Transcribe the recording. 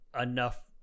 enough